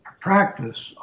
practice